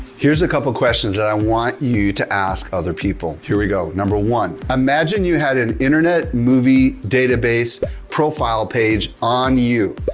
here's a couple questions that i want you to ask other people, here we go. number one, imagine you had an internet movie database profile page on you,